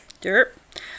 Dirt